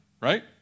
right